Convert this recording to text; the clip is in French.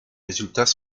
résultats